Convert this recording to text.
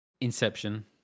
Inception